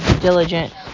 diligent